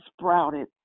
sprouted